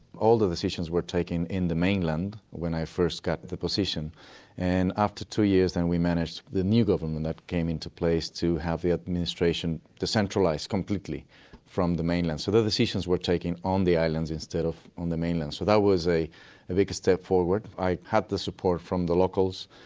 all the decisions were taken in the mainland when i first got the position and after two years we managed. the new government that came into place, to have the administration decentralised completely from the mainland. so the decisions were taken on the islands instead of on the mainland. so that was a big step forward. i had the support from the locals.